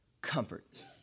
Comfort